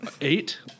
Eight